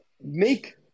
make